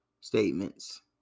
statements